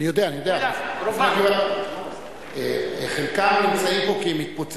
זה היה לפני גלעד שליט.